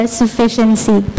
sufficiency